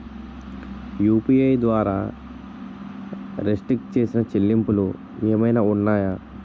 UPI ద్వారా restrict చేసిన చెల్లింపులు ఏమైనా ఉన్నాయా?